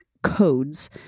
Codes